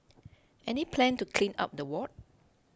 any plan to clean up the ward